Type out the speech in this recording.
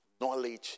Knowledge